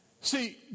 See